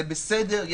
זה בסדר,